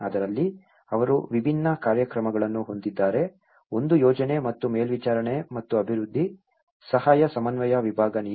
ಅದರಲ್ಲಿ ಅವರು ವಿಭಿನ್ನ ಕಾರ್ಯಕ್ರಮಗಳನ್ನು ಹೊಂದಿದ್ದಾರೆ ಒಂದು ಯೋಜನೆ ಮತ್ತು ಮೇಲ್ವಿಚಾರಣೆ ಮತ್ತು ಅಭಿವೃದ್ಧಿ ಸಹಾಯ ಸಮನ್ವಯ ವಿಭಾಗದ ನೀತಿ